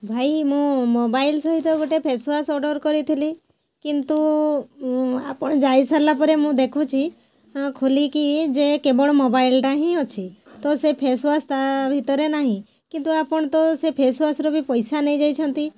ଭାଇ ମୁଁ ମୋବାଇଲ୍ ସହିତ ଗୋଟେ ଫେସୱାଶ୍ ଅର୍ଡ଼ର୍ କରିଥିଲି କିନ୍ତୁ ଆପଣ ଯାଇ ସାରିଲା ପରେ ମୁଁ ଦେଖୁଛି ଖୋଲିକି ଯେ କେବଳ ମୋବାଇଲ୍ଟା ହିଁ ଅଛି ତ ସେଇ ଫେସୱାଶ୍ ତା ଭିତରେ ନାହିଁ କିନ୍ତୁ ଆପଣ ତ ସେ ଫେସୱାଶ୍ର ଭି ପଇସା ନେଇ ଯାଇଛନ୍ତି